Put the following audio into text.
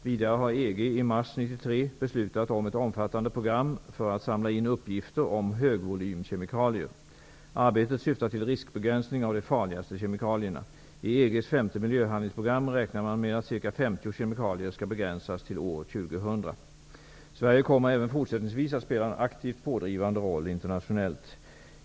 Vidare har EG i mars 1993 beslutat om ett omfattande program för att samla in uppgifter om högvolymkemikalier. Arbetet syftar till riskbegränsning av de farligaste kemikalierna. I EG:s femte miljöhandlingsprogram räknar man med att ca 50 kemikalier skall begränsas till år 2000. Sverige kommer även fortsättningsvis att spela en aktivt pådrivande roll internationellt.